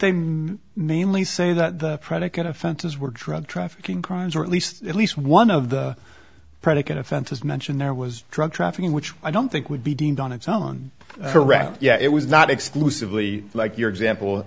they mainly say that the predicate offenses were drug trafficking crimes or at least at least one of the predicate offenses mentioned there was drug trafficking which i don't think would be deemed on its own correct yeah it was not exclusively like your example